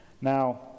Now